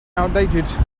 outdated